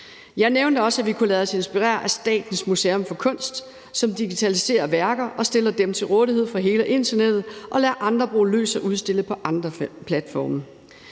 Jeg nævnte også, at vi kunne lade os inspirere af Statens Museum for Kunst, som digitaliserer værker, stiller dem til rådighed for hele internettet og lader andre bruge løs og udstille på andre platforme.